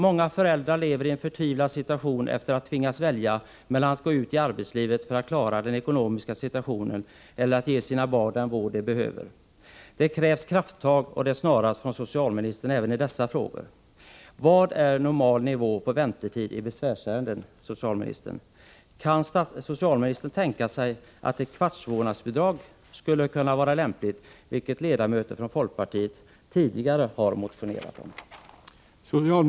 Många föräldrar lever i en förtvivlad situation, där de tvingas välja mellan att gå ut i arbetslivet för att klara den ekonomiska situationen eller att ge sina barn den vård de behöver. Det krävs krafttag och det snarast, från socialministern även i dessa frågor. Vad är normal väntetid i besvärsärenden, socialministern? Kan socialministern tänka sig att ett kvarts vårdnadsbidrag skulle kunna vara lämpligt, vilket ledamöter från folkpartiet tidigare har motionerat om?